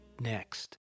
next